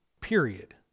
period